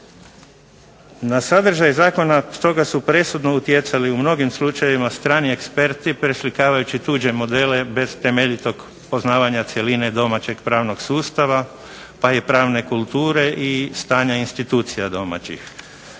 Na sadržaj zakona stoga su presudno utjecali u mnogim slučajevima strani eksperti preslikavajući tuđe modele bez temeljitog poznavanja cjeline domaćeg pravnog sustava, pa i pravne kulture i stanja institucija domaćih.